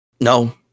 No